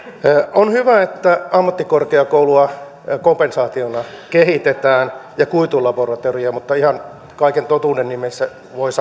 on hyvä että ammattikorkeakoulua kompensaationa kehitetään ja kuitulaboratoriota mutta ihan kaiken totuuden nimessä voi